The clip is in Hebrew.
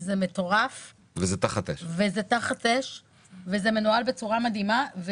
זה מטורף וזה תחת אש וזה מנוהל בצורה מדהימה.